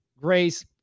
Grace